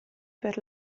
per